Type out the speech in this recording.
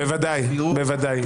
בוודאי.